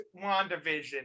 wandavision